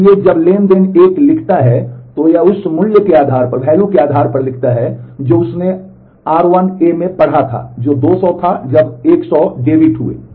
इसलिए जब ट्रांज़ैक्शन 1 लिखता है तो यह उस मूल्य के आधार पर लिखता है जो उसने आर 1 ए में पढ़ा था जो 200 था तब 100 डेबिट हुए